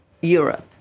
Europe